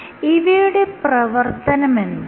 ഇവയുടെ പ്രവർത്തനമെന്താണ്